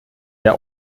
der